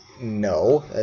no